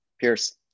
pierce